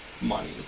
money